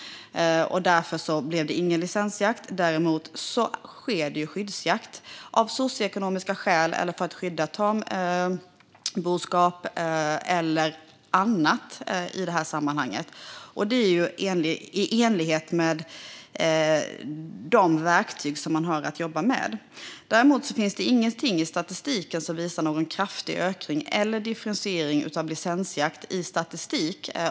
Däremot sker skyddsjakt, av socioekonomiska skäl eller för att skydda tamboskap eller annat. Detta är i enlighet med de verktyg man har att jobba med. Det finns inget i statistiken från 2010 till i dag som visar på en kraftig ökning eller differentiering utan licensjakt.